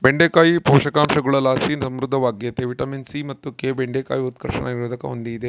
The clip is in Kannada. ಬೆಂಡೆಕಾಯಿ ಪೋಷಕಾಂಶಗುಳುಲಾಸಿ ಸಮೃದ್ಧವಾಗ್ಯತೆ ವಿಟಮಿನ್ ಸಿ ಮತ್ತು ಕೆ ಬೆಂಡೆಕಾಯಿ ಉತ್ಕರ್ಷಣ ನಿರೋಧಕ ಹೂಂದಿದೆ